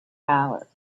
dollars